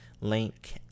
link